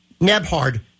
Nebhard